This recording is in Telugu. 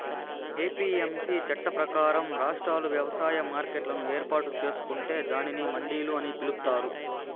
ఎ.పి.ఎమ్.సి చట్టం ప్రకారం, రాష్ట్రాలు వ్యవసాయ మార్కెట్లను ఏర్పాటు చేసుకొంటే దానిని మండిలు అని పిలుత్తారు